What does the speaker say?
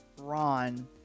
Ron